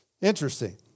Interesting